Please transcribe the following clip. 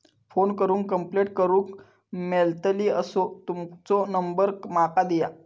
Phone करून complaint करूक मेलतली असो तुमचो नंबर माका दिया?